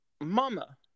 mama